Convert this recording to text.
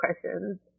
questions